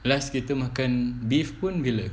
last kita makan beef pun bila